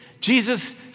Jesus